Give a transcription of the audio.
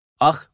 Ach